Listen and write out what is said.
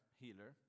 healer